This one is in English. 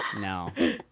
No